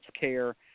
care